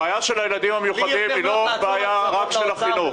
הבעיה של הילדים המיוחדים היא לא בעיה רק של החינוך,